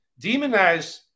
demonize